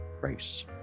race